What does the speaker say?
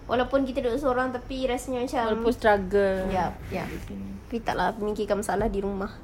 walaupun kita duduk seorang tapi rasanya macam yup yup tapi tak lah memikirkan masalah di rumah